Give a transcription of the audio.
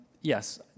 yes